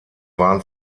waren